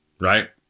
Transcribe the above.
right